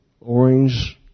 orange